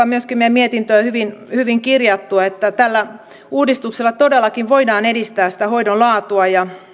myöskin meidän mietintöömme hyvin hyvin kirjattu että tällä uudistuksella todellakin voidaan edistää sitä hoidon laatua ja